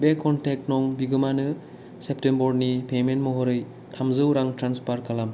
बे कनटेक्ट न' बिगोमानो सेप्टेम्बरनि पेमेन्ट महरै थामजौ रां ट्रेन्सफार खालाम